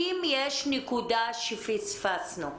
אם יש נקודה שפספסנו,